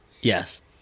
Yes